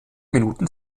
minuten